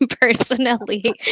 personally